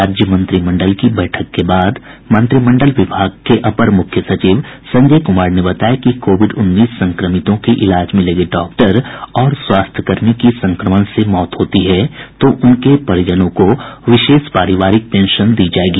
राज्य मंत्रिमंडल की बैठक के बाद मंत्रिमंडल विभाग के अपर मुख्य सचिव संजय कुमार ने बताया कि कोविड उन्नीस संक्रमितों के इलाज में लगे डॉक्टर और स्वास्थ्यकर्मी की संक्रमण से मौत होती है तो उनके परिजनों को विशेष पारिवारिक पेंशन दी जायेगी